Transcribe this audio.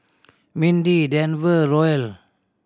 Mindy Denver Roel